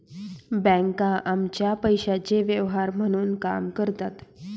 बँका आमच्या पैशाचे व्यवहार म्हणून काम करतात